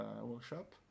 workshop